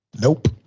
Nope